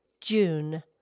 June